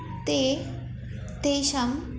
ते तेषाम्